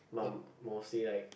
but I'm mostly like